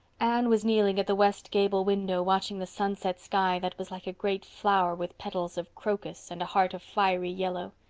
anne was kneeling at the west gable window watching the sunset sky that was like a great flower with petals of crocus and a heart of fiery yellow.